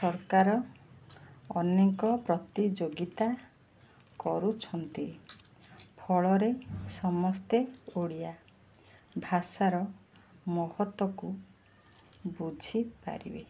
ସରକାର ଅନେକ ପ୍ରତିଯୋଗିତା କରୁଛନ୍ତି ଫଳରେ ସମସ୍ତେ ଓଡ଼ିଆ ଭାଷାର ମହତକୁ ବୁଝିପାରିବେ